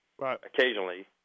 occasionally